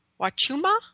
Wachuma